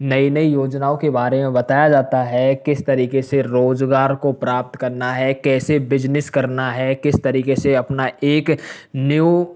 नई नई योजनाओं के बारे में बताया जाता है किस तरीके से रोजगार को प्राप्त करना है कैसा बिजनिस करना है किस तरीके से अपना एक न्यू